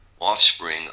offspring